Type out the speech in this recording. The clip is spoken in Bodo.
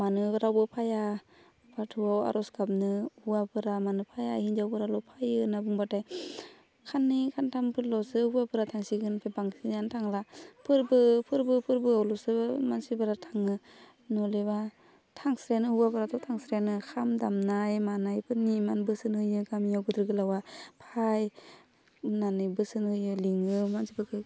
मानो रावबो फैया बाथौआव आर'ज गाबनो हौवाफोरा मानो फैया हिनजावफोराल' फैयो होन्ना बुंबाथाय खाननै खानथामफोरल'सो हौवाफोरा थांसिनगोन ओमफाय बांसिनानो थांला फोरबो फोरबो फोरबोआवल'सो मानसिफोरा थाङो नलेबा थांस्रायानो हौवाफोराथ' थांस्रायानो खाम दामनाय मानायफोरनि इमान बोसोन होयो गामियाव गिदिर गोलावा फाइ होन्नानै बोसोन होयो लिङो मानसिफोरखौ